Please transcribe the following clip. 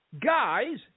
Guys